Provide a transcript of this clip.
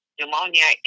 Pneumonia